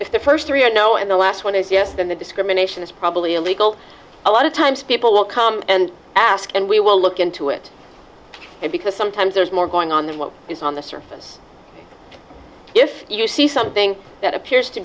if the first three are no and the last one is yes then the discrimination is probably illegal a lot of times people will come and ask and we will look into it because sometimes there's more going on than what is on the surface if you see something that appears to